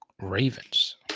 Ravens